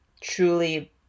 truly